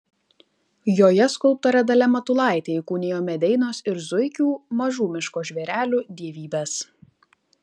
joje skulptorė dalia matulaitė įkūnijo medeinos ir zuikių mažų miško žvėrelių dievybes